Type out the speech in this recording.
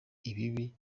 ibibi